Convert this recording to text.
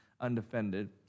undefended